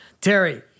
Terry